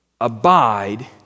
Abide